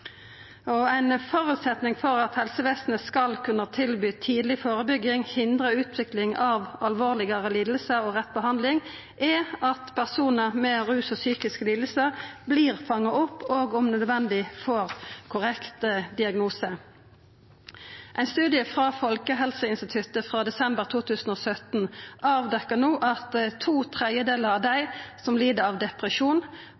Ein føresetnad for at helsevesenet skal kunna tilby tidleg førebygging, hindra utvikling av alvorlegare lidingar og tilby rett behandling, er at personar med ruslidingar og psykiske lidingar vert fanga opp og om nødvendig får korrekt diagnose. Ein studie frå Folkehelseinstituttet frå desember 2017 avdekte at to tredjedelar av